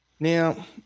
Now